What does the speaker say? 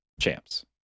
champs